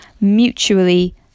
mutually